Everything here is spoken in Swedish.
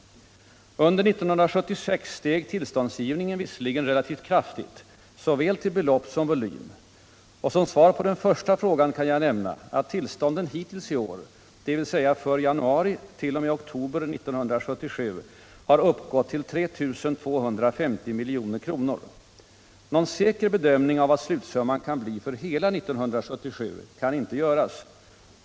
Under 1976 steg tillståndsgivningen visserligen relativt kraftigt till såväl belopp som volym. Och som svar på den första frågan kan jag nämna att tillstånden hittills i år, dvs. för januari t.o.m. oktober 1977, har uppgått till 3 250 milj.kr. Någon säker bedömning av vad slutsumman kan bli för hela 1977 kan inte göras.